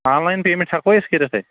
آن line payment ہیٚکوا أسۍ کٔرِتھ